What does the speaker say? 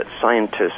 Scientists